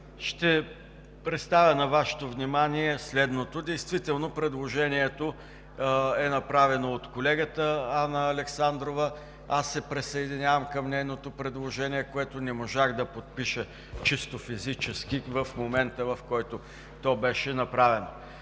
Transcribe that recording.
Ще представя на Вашето внимание следното: действително предложението е направено от колегата Анна Александрова. Аз се присъединявам към нейното предложение, което не можах да подпиша чисто физически в момента, в който то беше направено.